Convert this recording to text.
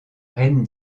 reine